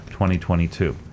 2022